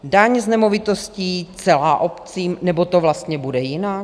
Daň z nemovitostí celá obcím, nebo to vlastně bude jinak?